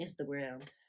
Instagram